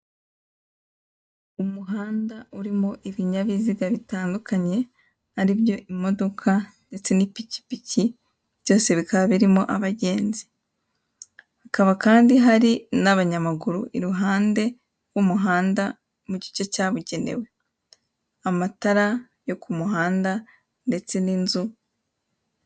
Umuhanda urimo ibinyabiziga bitandukanye aribyo imodoka ndetse n'ipikipiki byose bikaba birimo abagenzi. Hakaba kandi hari n'abanyamaguru i ruhande rw'umuhanda mu gice cyabugenewe, amatara yo ku muhanda ndetse n'inzu.